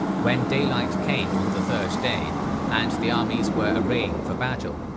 when daylight came on the third day and the armies were arraying for battle,